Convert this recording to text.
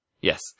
Yes